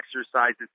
exercises